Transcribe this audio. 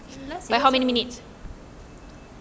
last year also